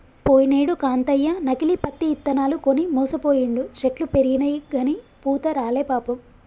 పోయినేడు కాంతయ్య నకిలీ పత్తి ఇత్తనాలు కొని మోసపోయిండు, చెట్లు పెరిగినయిగని పూత రాలే పాపం